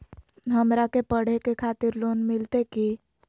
हमरा के पढ़े के खातिर लोन मिलते की?